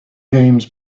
games